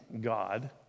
God